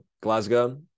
Glasgow